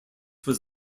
was